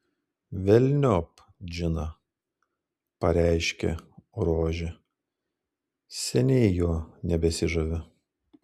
velniop džiną pareiškė rožė seniai juo nebesižaviu